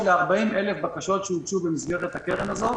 ל-40,000 בקשות שהוגשו במסגרת הקרן הזאת.